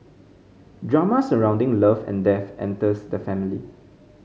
drama surrounding love and death enters the family